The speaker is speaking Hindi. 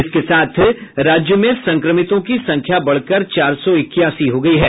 इसके साथ राज्य में संक्रमितों की संख्या बढ़कर चार सौ इक्यासी हो गयी है